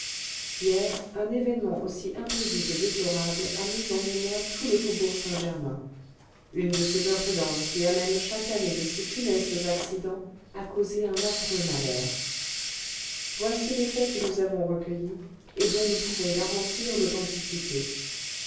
hier un événement aussi imprévu que déplorable a mis en émoi tout le faubourg saint-germain une de ces imprudences qui amènent chaque année de si funestes accidents a causé un affreux malheur voici les faits que nous avons recueillis et dont nous pouvons garantir l'authenticité